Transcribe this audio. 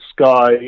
sky